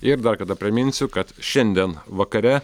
ir dar kartą priminsiu kad šiandien vakare